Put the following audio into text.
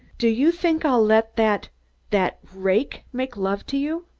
do you think i'll let that that rake make love to you?